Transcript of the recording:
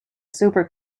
super